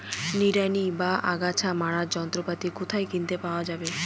নিড়ানি বা আগাছা মারার যন্ত্রপাতি কোথায় কিনতে পাওয়া যাবে?